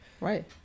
right